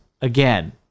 again